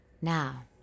Now